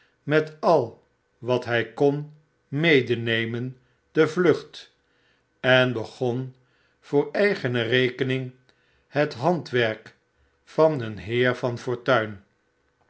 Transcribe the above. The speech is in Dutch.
met al wat hij kon medenemen de vlucht en begon voor eigene rekening het handwerk van een heer van fortuin